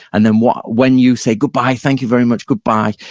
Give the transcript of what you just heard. and um ah when you say, goodbye. thank you very much. goodbye.